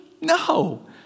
No